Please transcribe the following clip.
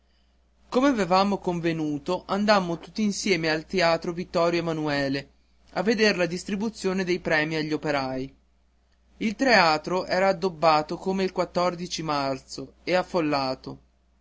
come avevano convenuto andammo tutti insieme al teatro vittorio emanuele a veder la distribuzione dei premi agli operai il teatro era addobbato come il marzo e affollato